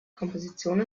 komposition